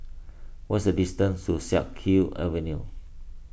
what is the distance to Siak Kew Avenue